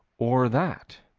or that,